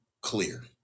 clear